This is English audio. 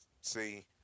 see